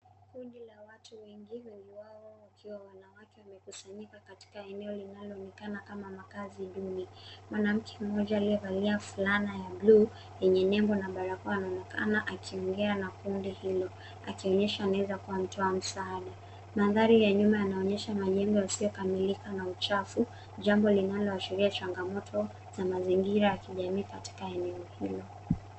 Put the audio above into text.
Kundi la watu wengi wengi wao wakiwa wanawake wamekusanyika katika eneo linaloonekana kama makazi duni. Mwanamke mmoja aliyevalia fulana ya bluu yenye nembo na barakoa anaonekana akiongea na kundi hilo akionyesha anaweza kuwa mtoa msaada. Mandhari ya nyuma yanaonyesha majengo yasiokamilika na uchafu jambo linalooashiria changa moto za mazingira ya kijamii kakita eneo hilo.